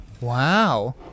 Wow